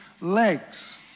legs